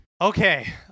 Okay